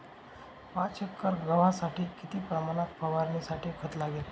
पाच एकर गव्हासाठी किती प्रमाणात फवारणीसाठी खत लागेल?